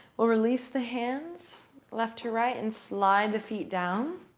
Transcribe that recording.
we'll release the hands left to right and slide the feet down.